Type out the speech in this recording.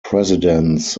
presidents